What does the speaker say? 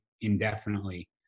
indefinitely